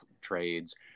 trades